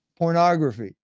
pornography